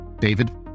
David